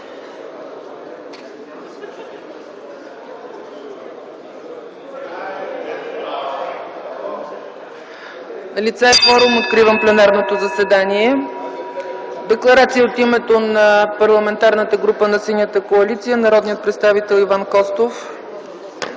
Налице е кворум. Откривам пленарното заседание. (Звъни.) Декларация от името на Парламентарната група на Синята коалиция – народният представител Иван Костов.